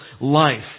life